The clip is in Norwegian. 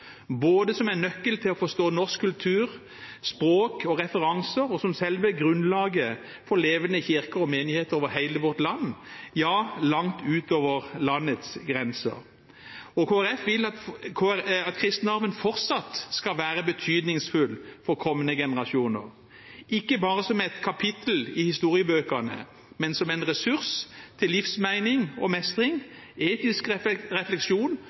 både som en nøkkel til å forstå norsk kultur, språk og referanser og som selve grunnlaget for en levende kirke og menigheter over hele vårt land, ja langt utover landets grenser. Kristelig Folkeparti vil at kristendommen fortsatt skal være betydningsfull for kommende generasjoner, ikke bare som et kapittel i historiebøkene, men som en ressurs til livsmening og -mestring, etisk refleksjon